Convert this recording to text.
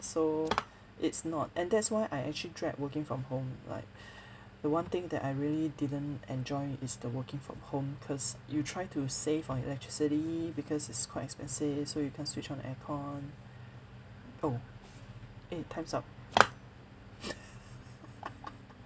so it's not and that's why I actually dread working from home like the one thing that I really didn't enjoy is the working from home cause you try to save on electricity because it's quite expensive so you can't switch on the air con oh eh time's up